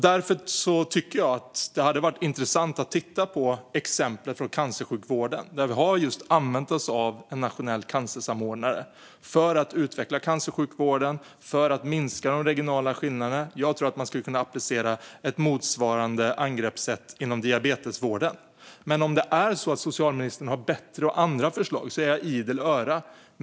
Därför hade det varit intressant att titta på exemplet från cancersjukvården där just en nationell cancersamordnare införts för att utveckla cancersjukvården och minska de regionala skillnaderna. Jag tror att man skulle kunna applicera ett motsvarande angreppssätt inom diabetesvården. Men om socialministern har andra och bättre förslag är jag idel öra.